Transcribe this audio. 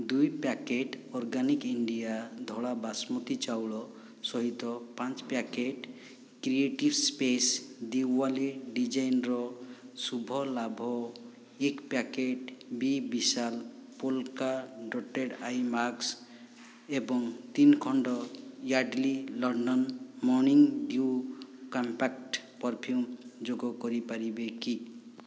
ଦୁଇ packet organic India ଧଳା ବାସୁମତୀ ଚାଉଳ ସହିତ ପାଞ୍ଚ ପ୍ୟାକେଟ୍ କ୍ରିଏଟିଭ୍ ସ୍ପେସ୍ ଦିୱାଲି ଡିଜାଇନ୍ର ଶୁଭ ଲାଭ ଏକ ପ୍ୟାକେଟ୍ ବି ବିଶାଲ ପୋଲକା ଡଟେଡ଼୍ ଆଇ ମାସ୍କ ଏବଂ ତିନି ଖଣ୍ଡ Yardley London morning dew compact perfume ଯୋଗ କରିପାରିବେ କି